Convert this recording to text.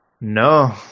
No